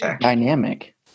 dynamic